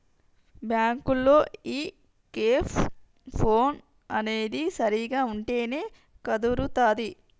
బ్యాంకులో ఈ cash flow అనేది సరిగ్గా ఉంటేనే కుదురుతాది